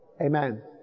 Amen